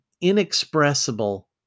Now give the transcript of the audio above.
inexpressible